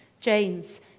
James